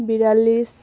বিৰাল্লিছ